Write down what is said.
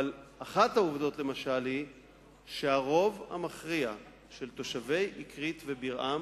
אבל אחת העובדות למשל היא שהרוב המכריע של תושבי אקרית ובירעם